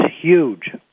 huge